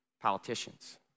Politicians